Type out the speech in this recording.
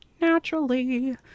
naturally